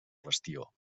qüestió